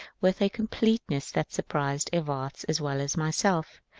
with a completeness that surprised evarts as well as myself.